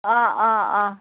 অঁ অঁ অঁ